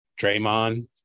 Draymond